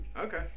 Okay